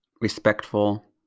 respectful